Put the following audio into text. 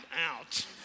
out